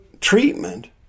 treatment